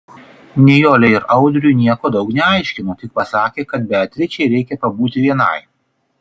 nijolei ir audriui nieko daug neaiškino tik pasakė kad beatričei reikia pabūti vienai